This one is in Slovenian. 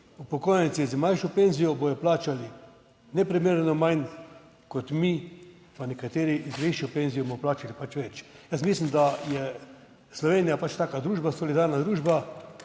upokojenci z manjšo penzijo bodo plačali neprimerno manj kot mi, pa nekateri z višjo penzijo bomo plačali pač več. Jaz mislim, da je Slovenija pač taka družba, solidarna družba,